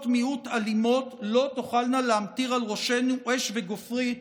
מיעוט אלימות לא תוכלנה להמטיר על ראשינו אש וגופרית